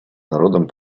народом